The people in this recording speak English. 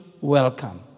welcome